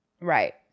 Right